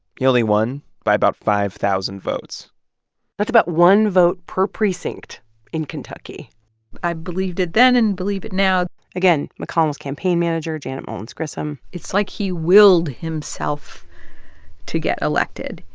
he only won by about five thousand votes that's about one vote per precinct in kentucky i believed it then and believe it now again, mcconnell's campaign manager, janet mullins grissom it's like he willed himself to get elected.